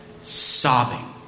sobbing